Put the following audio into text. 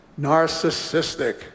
narcissistic